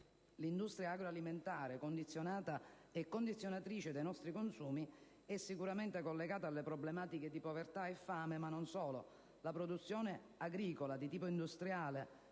L'industria agroalimentare, condizionata e condizionatrice dei nostri consumi, è sicuramente collegata con le problematiche di povertà e fame, ma non solo. La produzione agricola di tipo industriale,